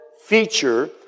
Feature